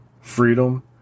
Freedom